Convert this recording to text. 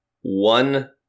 one